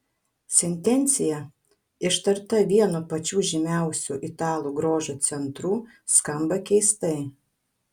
sentencija ištarta vieno pačių žymiausių italų grožio centrų skamba keistai